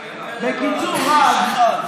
בקיצור רב,